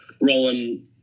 rolling